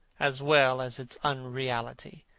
as well as its unreality,